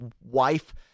wife